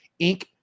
Inc